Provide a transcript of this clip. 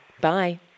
Bye